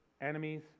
enemies